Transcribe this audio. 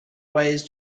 ways